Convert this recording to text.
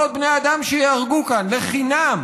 עוד בני אדם שייהרגו כאן לחינם.